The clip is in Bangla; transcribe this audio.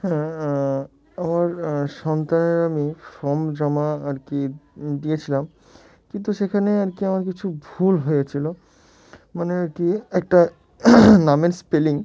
হ্যাঁ আমার সন্তানের আমি ফর্ম জমা আর কি দিয়েছিলাম কিন্তু সেখানে আর কি আমার কিছু ভুল হয়েছিলো মানে আর কি একটা নামের স্পেলিং